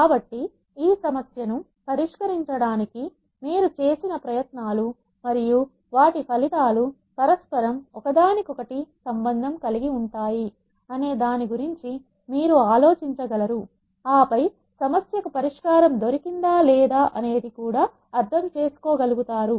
కాబట్టి ఈ సమస్య ను పరిష్కరించడానికి మీరు చేసిన ప్రయత్నాలు మరియు వాటి ఫలితాలు పరస్పరం ఒకదానికొకటి సంబంధం కలిగి ఉంటాయి అనే దాని గురించి మీరు ఆలోచించగలరు ఆపై సమస్యకు పరిష్కారం దొరికిందా లేదా అనేది అర్థం చేసుకోగలుగుతారు